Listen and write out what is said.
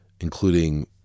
including